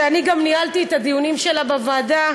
שאני גם ניהלתי את הדיונים בה בוועדה,